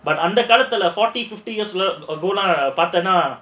அந்த காலத்துல:andha kaalathula forty fifty years ago lah பார்த்தேனா:paarthaenaa